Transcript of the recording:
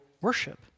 worship